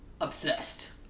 obsessed